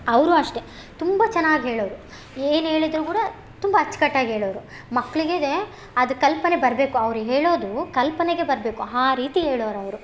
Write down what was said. ಅವರು ಅಷ್ಟೆ ತುಂಬ ಚೆನ್ನಾಗಿ ಹೇಳೋರು ಏನು ಹೇಳಿದ್ರು ಕೂಡ ತುಂಬ ಅಚ್ಕಟ್ಟಾಗಿ ಹೇಳೋರು ಮಕ್ಕಳಿಗಿದೆ ಅದು ಕಲ್ಪನೆ ಬರಬೇಕು ಅವ್ರು ಹೇಳೋದು ಕಲ್ಪನೆಗೆ ಬರಬೇಕು ಆ ರೀತಿ ಹೇಳೋರ್ ಅವರು